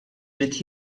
irid